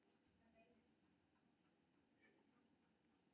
net banking के माध्यम सं एन.ई.एफ.टी कैल जा सकै छै